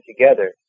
together